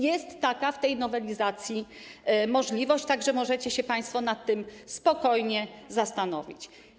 Jest w tej nowelizacji taka możliwość, tak że możecie się państwo nad tym spokojnie zastanowić.